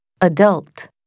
Adult